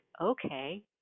okay